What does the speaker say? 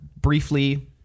briefly